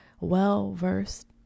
well-versed